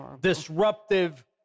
disruptive